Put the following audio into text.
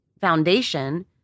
foundation